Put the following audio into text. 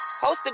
hosted